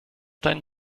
deinen